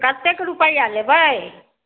कतेक रुपैआ लेबै